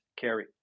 carry